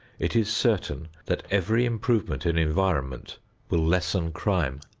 it is certain that every improvement in environment will lessen crime.